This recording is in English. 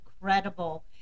incredible